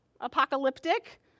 apocalyptic